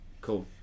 cool